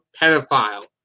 pedophile